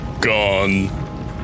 gone